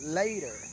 later